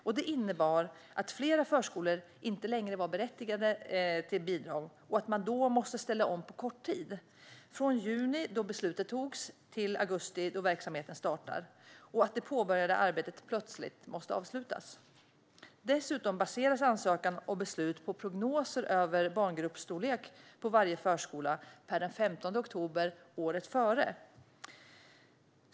Detta innebar att flera förskolor inte längre var berättigade till bidrag och därför måste ställa om på kort tid - från juni då beslutet togs till augusti då verksamheten startar - och att det påbörjade arbetet plötsligt måste avslutas. Dessutom baseras ansökan och beslut på prognoser över barngruppsstorlek på varje förskola per den 15 oktober året före.